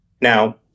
Now